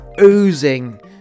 oozing